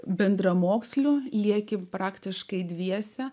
bendramokslių lieki praktiškai dviese